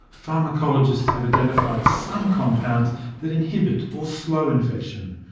pharmacologists have identified some compounds that inhibit or slow infection.